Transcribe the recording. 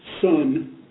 son